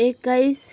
एक्काइस